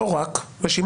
לא רק, רשימה ארוכה.